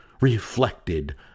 reflected